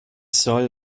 soll